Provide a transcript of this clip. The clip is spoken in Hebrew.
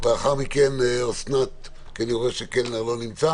אני רואה שחבר הכנסת קלנר לא נמצא,